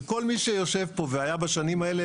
וכל מי שיושב פה והיה בשנים האלה,